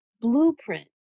blueprint